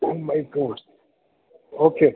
oh my god okay